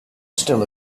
still